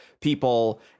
people